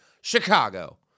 Chicago